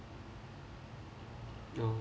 oh